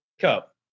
cup